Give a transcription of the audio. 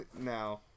now